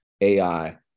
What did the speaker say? AI